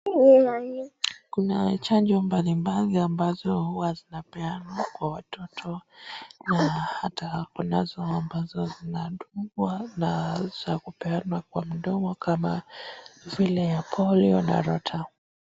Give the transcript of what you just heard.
Kuna chanjo mbalimbali ambazo huwa zinapeanwa kwa watoto, na hata kunazo ambazo zinadungwa na za kupeanwa kwa mdomo kama vile za polio na rota.